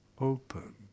open